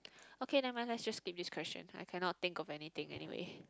okay nevermind let's just skip this question I cannot think of anything anyway